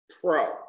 pro